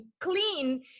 clean